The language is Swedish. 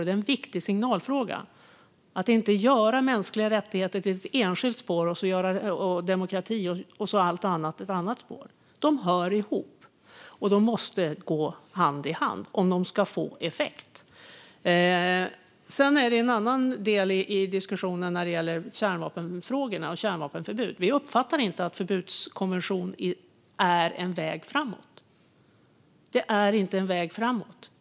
Det är en viktig signalfråga att inte göra mänskliga rättigheter till ett enskilt spår och demokrati och allt annat till ett annat spår. De hör ihop och måste gå hand i hand om de ska få effekt. En annan del i diskussionen om kärnvapenfrågorna och kärnvapenförbud är att vi inte uppfattar att en förbudskonvention är en väg framåt. Det är inte en väg framåt.